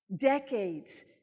decades